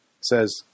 says